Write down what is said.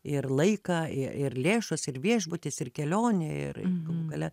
ir laiką i ir lėšos ir viešbutis ir kelionė ir galų gale